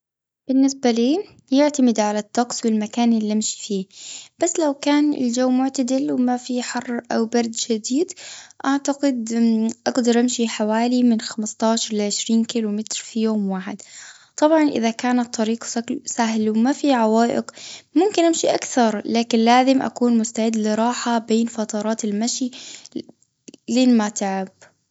بالنسبة لي، يعتمد على الطقس والمكان اللي امشي فيه. بس لو كان الجو معتدل، وما في حر، أو برد شديد، أعتقد أقدر أمشي حوالي من خمستاشر لعشرين كيلو متر في يوم واحد. طبعاً إذا كان الطريق ثقل- سهل وما في عوائق، ممكن أمشي أكثر. لكن لازم أكون مستعد لراحة بين فترات المشي، لين ما تعب.